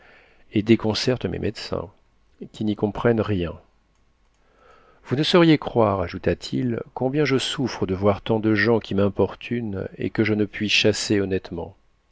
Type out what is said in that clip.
et déconcerte mes médecins qui n'y comprennent rien vous ne sauriez croire ajoutat it combien je souffre de voir tant de gens qui m'importunent et que je ue puis chasser honnêtement